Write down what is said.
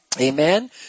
Amen